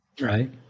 Right